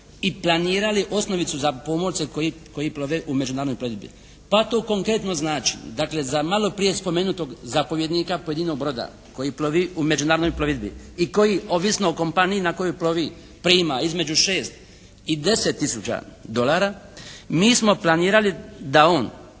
i planirali osnovicu za pomorce koji plove u međunarodnoj plovidbi pa to konkretno znači, dakle za malo prije spomenutog zapovjednika pojedinog broda koji plovi u međunarodnoj plovidbi i koji ovisno o kompaniji na kojoj plovi prima između 6 i 10 tisuća dolara mi smo planirali da on